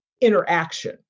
interaction